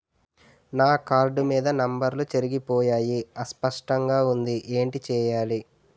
నా కార్డ్ మీద నంబర్లు చెరిగిపోయాయి అస్పష్టంగా వుంది ఏంటి చేయాలి?